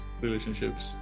relationships